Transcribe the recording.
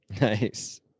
Nice